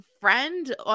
friend